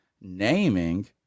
naming